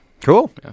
Cool